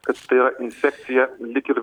kad tai yra infekcija lyg ir